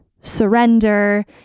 surrender